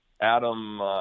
Adam